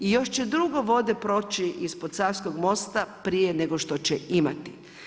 I još će puno vode proći ispod Savskog mosta prije nego što će imati.